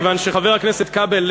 כיוון שחבר הכנסת כבל,